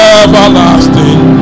everlasting